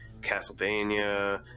Castlevania